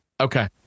Okay